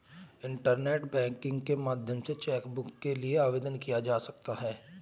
internet banking के माध्यम से चैकबुक के लिए आवेदन दिया जा सकता है